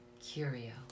curio